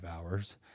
hours